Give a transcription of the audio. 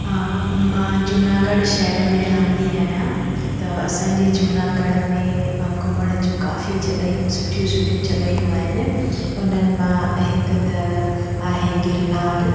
मां जूनागढ़ शहर में रहंदी आहियां त असांजी जूनागढ़ में घुमण जूं काफ़ी जॻहियूं सुठियूं सुठियूं जॻहियूं आहिनि उन्हनि मां हिक त आहे गिरनार